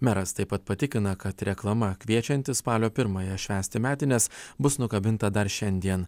meras taip pat patikina kad reklama kviečianti spalio pirmąją švęsti metines bus nukabinta dar šiandien